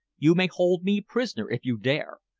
you may hold me prisoner if you dare,